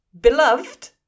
beloved